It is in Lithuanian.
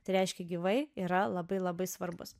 tai reiškia gyvai yra labai labai svarbūs